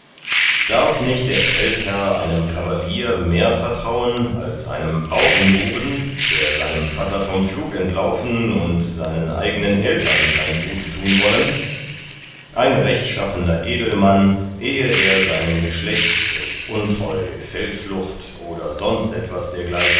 darf nicht der feldherr einem kavalier mehr vertrauen als einem baurenbuben der seinem vatter vom pflug entlaufen und seinen eigenen eltern kein gut tun wollen ein rechtschaffener edelmann ehe er seinem geschlecht durch untreu feldflucht oder sonst etwas